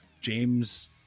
james